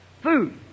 food